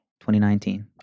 2019